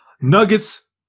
Nuggets